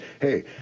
hey